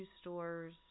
stores